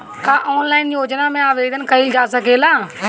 का ऑनलाइन योजना में आवेदन कईल जा सकेला?